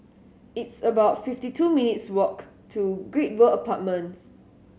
it's about fifty two minutes' walk to Great World Apartments